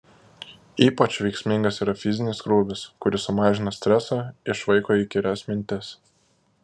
ypač veiksmingas yra fizinis krūvis kuris sumažina stresą išvaiko įkyrias mintis